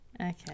Okay